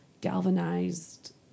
galvanized